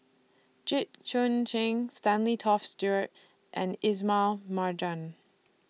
Jit Koon Ch'ng Stanley Toft Stewart and Ismail Marjan